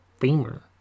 Famer